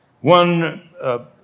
One